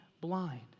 blind